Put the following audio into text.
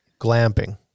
glamping